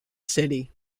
city